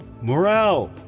Morale